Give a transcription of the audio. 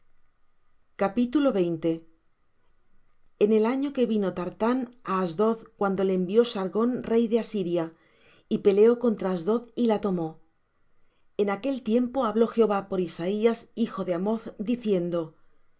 mi heredad en el año que vino thartán á asdod cuando le envió sargón rey de asiria y peleó contra asdod y la tomó en aquel tiempo habló jehová por isaías hijo de amoz diciendo